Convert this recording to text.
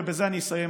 ובזה אני אסיים,